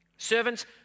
Servants